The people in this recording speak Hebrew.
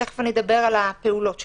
תכף אדבר על הפעולות שלנו.